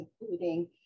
including